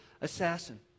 assassin